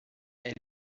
elle